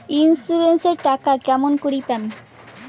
Insurance এর টাকা কেমন করি পাম?